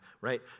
right